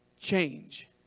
Change